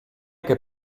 che